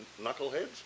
knuckleheads